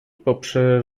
poprze